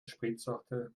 spritsorte